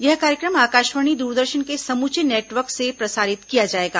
ये कार्यक्रम आकाशवाणी दूरदर्शन के समूचे नेटवर्क से प्रसारित किया जाएगा